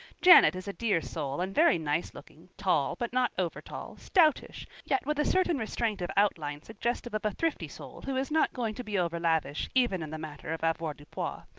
janet is a dear soul and very nicelooking tall, but not over-tall stoutish, yet with a certain restraint of outline suggestive of a thrifty soul who is not going to be overlavish even in the matter of avoirdupois.